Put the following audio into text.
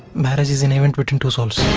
marriage is an event between two souls.